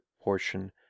portion